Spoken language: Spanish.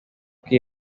que